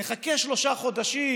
נחכה שלושה חודשים,